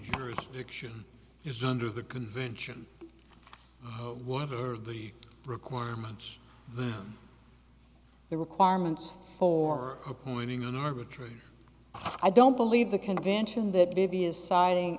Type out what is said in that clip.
jurisdiction is under the convention what are the requirements of the requirements for appointing an arbitrary i don't believe the convention that dubious siding